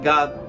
God